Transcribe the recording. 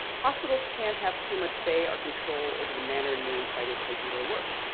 hospitals can't have too much say or control over the manner and means by which they do their work.